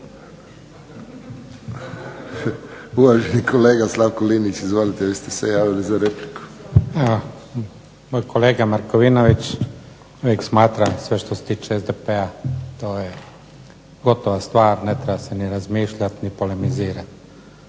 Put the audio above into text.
Uvaženi kolega Slavko Linić, izvolite vi ste se javili za repliku. **Linić, Slavko (SDP)** Evo, moj kolega Markovinović uvijek smatra sve što se tiče SDP-a to je gotova stvar, ne treba se ni razmišljati ni polemizirati.